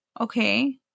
Okay